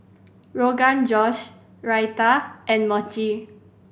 Rogan Josh Raita and Mochi